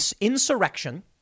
insurrection